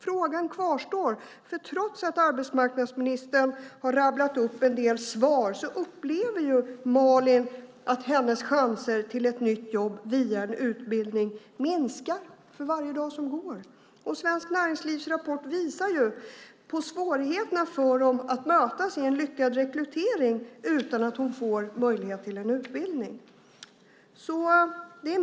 Frågan kvarstår. Trots att arbetsmarknadsministern har rabblat upp en del svar upplever Malin att hennes chanser till ett nytt jobb via en utbildning minskar för varje dag som går. Och Svenskt Näringslivs rapport visar på svårigheterna för dem att mötas i en lyckad rekrytering om hon inte får möjlighet till en utbildning.